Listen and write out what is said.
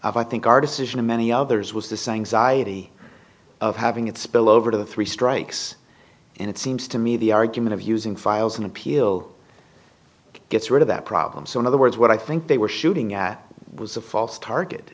of i think our decision of many others was the saying zajac of having it spill over to the three strikes and it seems to me the argument of using files an appeal gets rid of that problem so in other words what i think they were shooting at was a false target